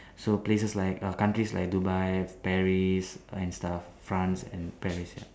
so places like err countries like Dubai Paris and stuff France and Paris ya